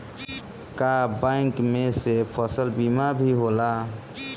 का बैंक में से फसल बीमा भी होला?